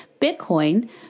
Bitcoin